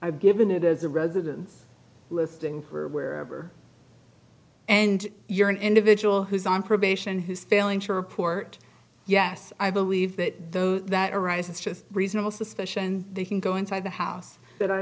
i've given it as a residence listing for wherever and you're an individual who's on probation who's failing to report yes i believe that the that arises just reasonable suspicion they can go inside the house that i